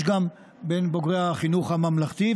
יש גם בין בוגרי החינוך הממלכתי,